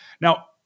Now